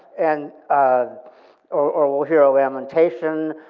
and ah or or we'll hear a lamentation.